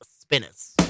Spinners